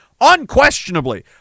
Unquestionably